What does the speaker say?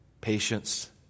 patience